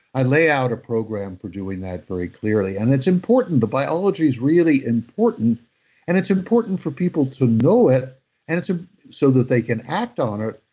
i lay out a program for doing that very clearly and it's important. the biology's really important and it's important for people to know it and ah so that they can act on it.